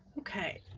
okay,